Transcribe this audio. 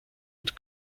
und